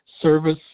service